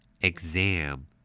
Exam